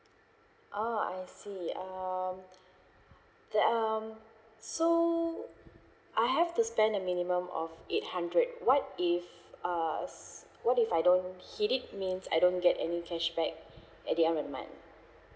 oh I see um then um so I have to spend a minimum of eight hundred what if uh s~ what if I don't hit it means I don't get any cashback at the of the month